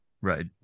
Right